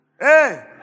Hey